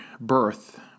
birth